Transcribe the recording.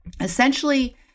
Essentially